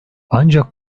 ancak